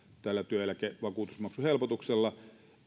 tällä työeläkevakuutusmaksuhelpotuksella